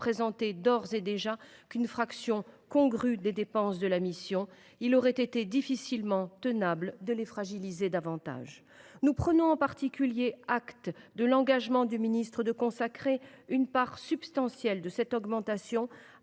d’ores et déjà qu’une fraction congrue des dépenses de la mission. Il aurait été difficilement tenable de les fragiliser davantage. Nous prenons en particulier acte de l’engagement du ministre de consacrer une part substantielle de cette augmentation à